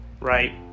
Right